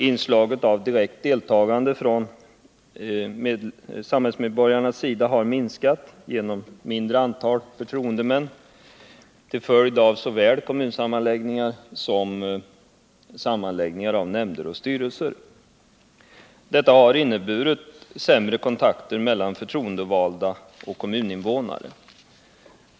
Inslaget av direkt deltagande i det kommunala arbetet från samhällsmedborgarnas sida har minskat genom ett mindre antal förtroendemän till följd av såväl kommunsammanslagningar som sammanläggningar av nämnder och styrelser. Detta har inneburit sämre kontakter mellan förtroendevalda och kommuninvånare.